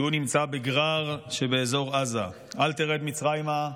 כשהוא נמצא בגרר שבאזור עזה אל תרד מצרימה,